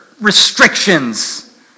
restrictions